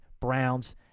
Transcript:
Browns